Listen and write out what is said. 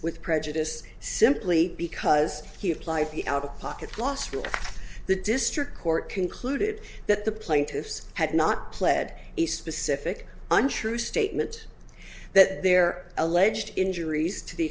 with prejudice simply because he applied the out of pocket loss rule the district court concluded that the plaintiffs had not pled a specific untrue statement that their alleged injuries to the